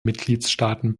mitgliedstaaten